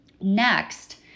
Next